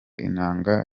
inanga